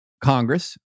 Congress